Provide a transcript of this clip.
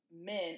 men